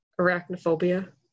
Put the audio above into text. Arachnophobia